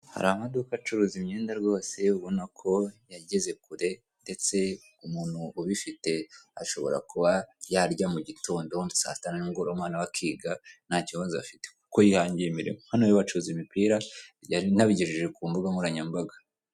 Hari amaduka acuruza imyenda rwose, ubona ko yageze kure ndetse umuntu ubifite ashobora kuba yarya mu gitondo, saa sita, na nimugoroba, umwana we akiga nta kibazo afite kuko yihangiye imirimo. Hano rero, bacuruza imipira, yanabigejeje ku mbuga nkoranyambaga.